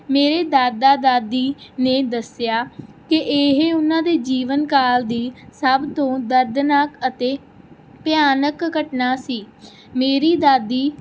ਮੇਰੇ ਦਾਦਾ ਦਾਦੀ ਨੇ ਦੱਸਿਆ ਕਿ ਇਹ ਉਹਨਾਂ ਦੇ ਜੀਵਨ ਕਾਲ ਦੀ ਸਭ ਤੋਂ ਦਰਦਨਾਕ ਅਤੇ ਭਿਆਨਕ ਘਟਨਾ ਸੀ ਮੇਰੀ ਦਾਦੀ